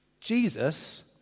Jesus